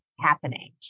happening